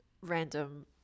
random